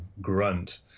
grunt